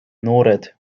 noored